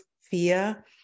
fear